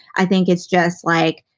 i think it's just like,